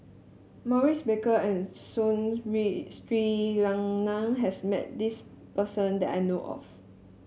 Maurice Baker and Soon Sri Lanang has met this person that I know of